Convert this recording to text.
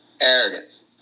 Arrogance